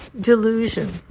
delusion